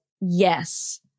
yes